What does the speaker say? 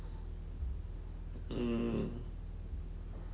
mm